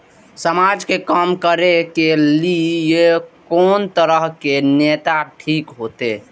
समाज के काम करें के ली ये कोन तरह के नेता ठीक होते?